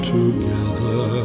together